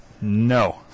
No